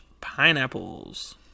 pineapples